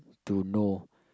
to know